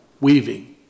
weaving